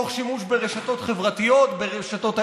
תוך שימוש ברשתות חברתיות וברשתות האינטרנט.